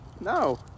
No